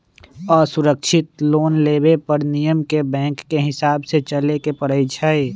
असुरक्षित लोन लेबे पर नियम के बैंकके हिसाबे से चलेए के परइ छै